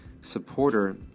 supporter